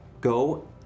go